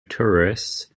tourists